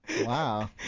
Wow